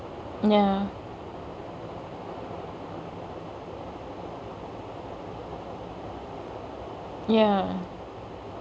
ya ya